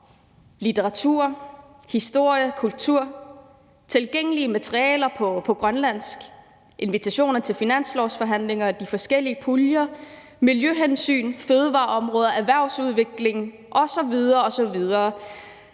litteratur, historie, kultur, tilgængelige materialer på grønlandsk, invitationer til finanslovsforhandlinger og de forskellige puljer, miljøhensyn, fødevareområdet, erhvervsudvikling osv. osv.